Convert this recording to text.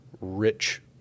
rich